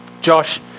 Josh